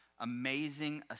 amazing